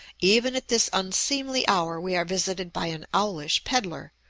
even at this unseemly hour we are visited by an owlish pedler,